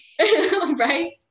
Right